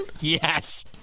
Yes